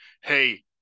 hey